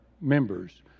members